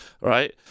right